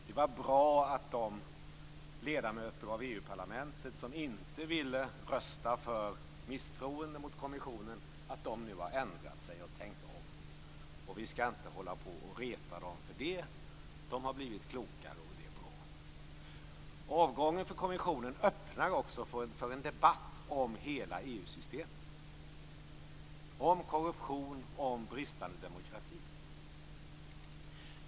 Det var bra att de ledamöter av EU parlamentet som inte ville rösta för misstroende mot kommissionen nu har ändrat sig och tänkt om. Vi skall inte hålla på att reta dem för det. De har blivit klokare, och det är bra. Kommissionens avgång öppnar också för en debatt om hela EU-systemet; om korruption och om bristande demokrati.